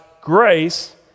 grace